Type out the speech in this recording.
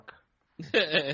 fuck